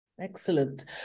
Excellent